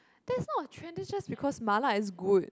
that's not a trend that's just because mala is good